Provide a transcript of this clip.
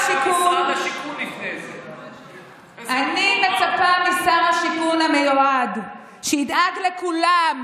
בעיה, אני מצפה משר השיכון המיועד שידאג לכולם: